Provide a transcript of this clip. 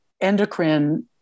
endocrine